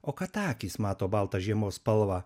o kad akys mato baltą žiemos spalvą